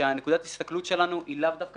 כאשר נקודת ההסתכלות שלנו היא לאו דווקא